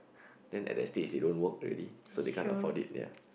then at that stage they don't work already so they can't afford it ya